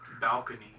balcony